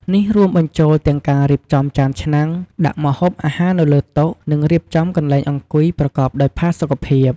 នេះរួមបញ្ចូលទាំងការរៀបចំចានឆ្នាំង ដាក់ម្ហូបអាហារនៅលើតុ និងរៀបចំកន្លែងអង្គុយប្រកបដោយផាសុកភាព។